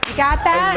got that?